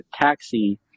taxi